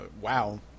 wow